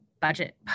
budget